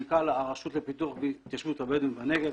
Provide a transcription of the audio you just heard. מנכ"ל הרשות לפיתוח התיישבות הבדואים בנגב